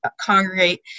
congregate